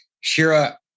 Shira